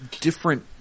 different